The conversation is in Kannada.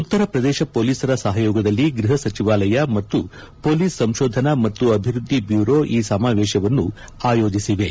ಉತ್ತರ ಪ್ರದೇಶ ಪೊಲೀಸರ ಸಹಯೋಗದಲ್ಲಿ ಗೃಹ ಸಚಿವಾಲಯ ಮತ್ತು ಮೊಲೀಸ್ ಸಂಶೋಧನಾ ಮತ್ತು ಅಭಿವೃದ್ಧಿ ಬ್ಯೂರೊ ಈ ಸಮಾವೇಶವನ್ನು ಆಯೋಜಿಸಿವೆ